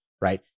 right